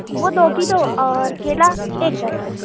वो दो की दो और केला एक दर्जन